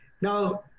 Now